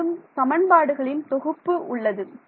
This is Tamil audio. மேலும் சமன்பாடுகளின் தொகுப்பு உள்ளது